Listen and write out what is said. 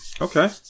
Okay